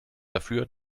dafür